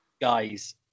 guys